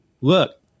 look